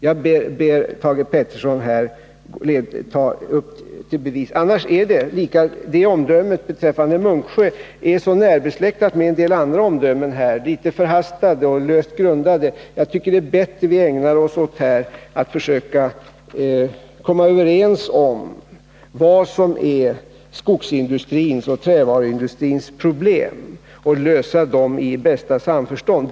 Jag ber Thage Peterson att här lägga fram bevis. Omdömet beträffande Munksjö är närbesläktat med en del andra litet förhastade och löst grundade omdömen i denna debatt. Det vore bättre om vi här ägnade oss åt att försöka komma överens om vad som är skogsindustrins och trävaruindustrins problem och lösa dem i bästa samförstånd.